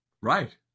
Right